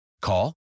Call